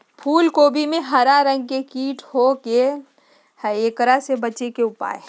फूल कोबी में हरा रंग के कीट हो गेलै हैं, एकरा से बचे के उपाय?